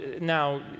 now